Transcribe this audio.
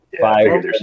five